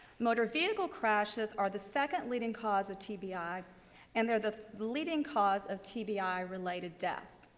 motor vehicle crashes are the second leading cause of tbi and they're the leading cause of tbi related deaths.